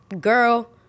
Girl